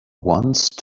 once